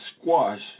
squash